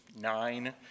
nine